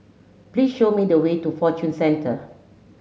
please show me the way to Fortune Centre